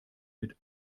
mit